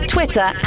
Twitter